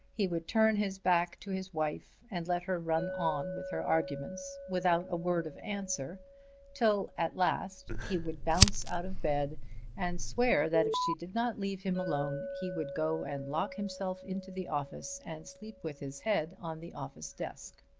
he would turn his back to his wife and let her run on with her arguments without a word of answer till at last he would bounce out of bed and swear that if she did not leave him alone he would go and lock himself into the office and sleep with his head on the office desk.